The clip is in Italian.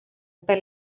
per